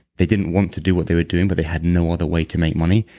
they didn't want to do what they were doing, but they had no other way to make money.